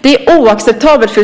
Det är oacceptabelt